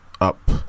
up